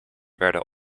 werden